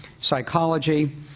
psychology